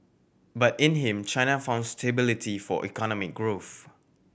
but in him China found stability for economic growth